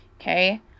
Okay